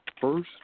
first